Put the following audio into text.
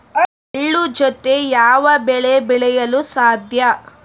ಎಳ್ಳು ಜೂತೆ ಯಾವ ಬೆಳೆ ಬೆಳೆಯಲು ಸಾಧ್ಯ?